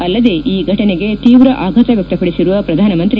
ಅಲ್ಲದೆ ಈ ಘಟನೆಗೆ ತೀವ್ರ ಆಘಾತ ವ್ಯಕ್ತಡಿಸಿರುವ ಪ್ರಧಾನಮಂತ್ರಿ